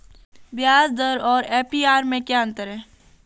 ब्याज दर और ए.पी.आर में क्या अंतर है?